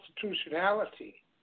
constitutionality